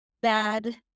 bad